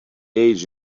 age